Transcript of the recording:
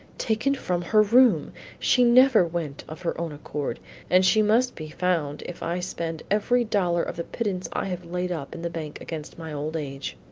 taken from her room she never went of her own accord and she must be found if i spend every dollar of the pittance i have laid up in the bank against my old age.